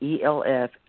ELF